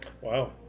Wow